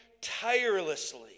tirelessly